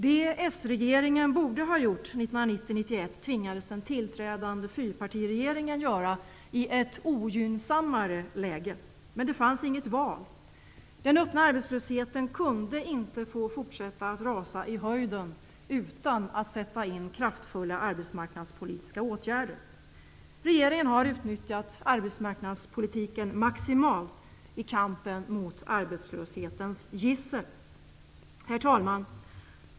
Det s-regeringen borde ha gjort 1990/91 tvingades den tillträdande fyrpartiregeringen att göra i ett ogynnsammare läge. Men det fanns inget val. Den öppna arbetslösheten kunde inte få fortsätta att rasa i höjden utan att man satte in kraftfulla arbetsmarknadspolitiska åtgärder. Regeringen har utnyttjat arbetsmarknadspolitiken maximalt i kampen mot arbetslöshetens gissel. Herr talman!